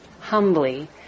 humbly